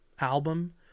album